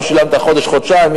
לא שילמת חודש-חודשיים,